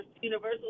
Universal